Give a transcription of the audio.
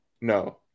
no